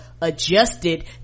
adjusted